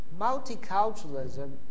multiculturalism